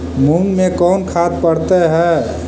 मुंग मे कोन खाद पड़तै है?